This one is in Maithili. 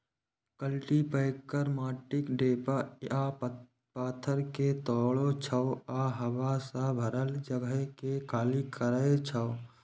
कल्टीपैकर माटिक ढेपा आ पाथर कें तोड़ै छै आ हवा सं भरल जगह कें खाली करै छै